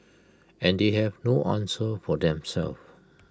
and they have no answer for themselves